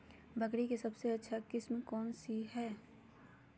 बकरी के सबसे अच्छा किस्म कौन सी है?